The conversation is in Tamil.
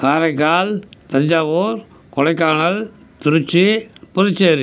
காரைக்கால் தஞ்சாவூர் கொடைக்கானல் திருச்சி புதுச்சேரி